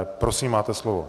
Prosím, máte slovo.